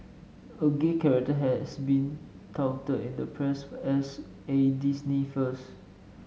a gay character has been touted in the press as a Disney first